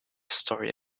story